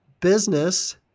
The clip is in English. business